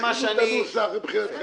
תכינו את הנוסח מבחינתכם.